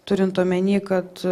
turint omeny kad